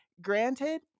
granted